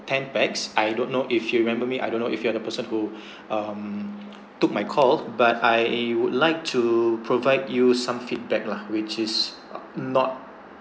ten pax I don't know if you remember me I don't know if you are the person who um took my call but I would like to provide you some feedback lah which is not